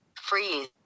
freeze